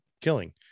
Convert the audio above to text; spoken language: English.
killing